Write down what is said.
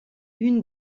une